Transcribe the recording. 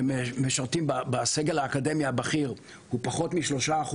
שמשרתים בסגל האקדמי הבכיר הוא פחות מ-3%,